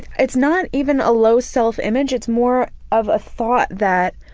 it's not even a low self-image, it's more of a thought that